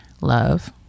Love